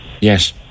yes